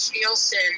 Nielsen